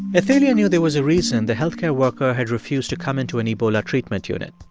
athalia knew there was a reason the health care worker had refused to come into an ebola treatment unit.